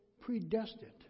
predestined